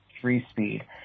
three-speed